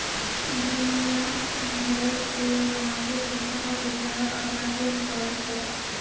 दुनिया भरेर share market संस्थागत इकाईक अपनाते वॉल्छे